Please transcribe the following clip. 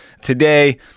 Today